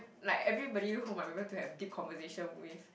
like everybody whom I remember to have deep conversation with